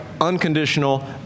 unconditional